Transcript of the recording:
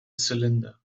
cylinder